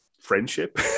friendship